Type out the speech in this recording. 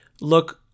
look